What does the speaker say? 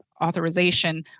authorization